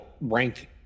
rank